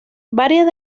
varias